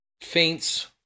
faints